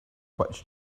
which